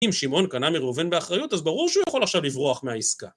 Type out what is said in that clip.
אם שמעון קנה מראובן באחריות אז ברור שהוא יכול עכשיו לברוח מהעסקה